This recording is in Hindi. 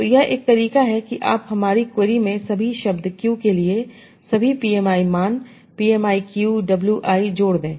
तो एक तरीका यह है कि आप हमारी क्वेरी में सभी शब्द q के लिए सभी PMI मान PMI q w i जोड़ दें